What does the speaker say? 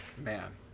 man